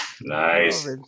Nice